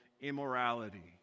immorality